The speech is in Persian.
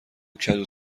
کدو